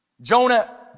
Jonah